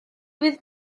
fydd